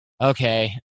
Okay